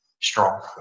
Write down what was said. strong